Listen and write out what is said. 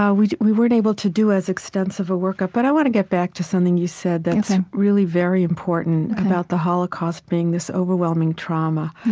we we weren't able to do as extensive a workup. but i want to get back to something you said that's really very important, about the holocaust being this overwhelming trauma.